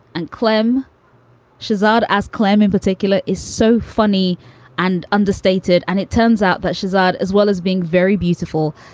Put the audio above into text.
and klemm shazad, as klam in particular, is so funny and understated. and it turns out that shazad, as well as being very beautiful,